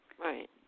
Right